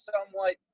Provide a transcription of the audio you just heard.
somewhat